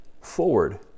forward